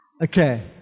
Okay